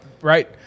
Right